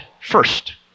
first